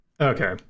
Okay